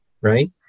right